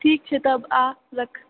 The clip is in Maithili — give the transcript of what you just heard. ठीक छै तब आ रख